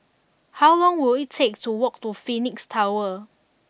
how long will it take to walk to Phoenix Tower